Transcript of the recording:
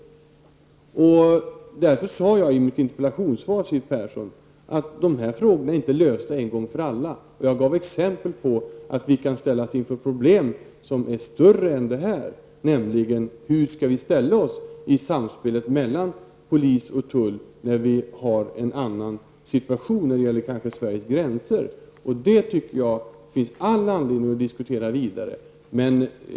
Därför har jag i mitt svar sagt att dessa frågor inte är lösta en gång för alla. Jag gav exempel på där vi kan ställas inför problem som är större än det här, nämligen hur vi skall ställa oss i samspelet mellan tullen och polisen när vi har en annan situation som kanske gäller Sveriges gränser. Det tycker jag det finns all anledning att diskutera vidare.